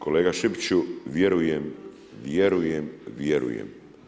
Kolega Šipiću, vjerujem, vjerujem, vjerujem.